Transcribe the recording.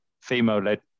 female-led